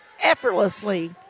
effortlessly